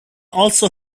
also